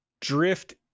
drift